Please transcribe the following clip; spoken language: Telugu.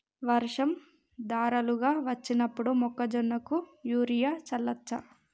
వర్షం ధారలుగా వచ్చినప్పుడు మొక్కజొన్న కు యూరియా చల్లచ్చా?